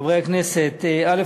חברי הכנסת, א.